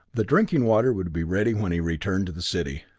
the drinking water would be ready when he returned to the city.